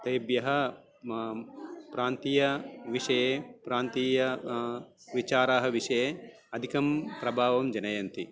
तेभ्यः मम प्रान्तीयविषये प्रान्तीयाः विचाराः विषये अधिकं प्रभावं जनयन्ति